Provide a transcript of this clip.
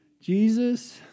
Jesus